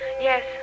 yes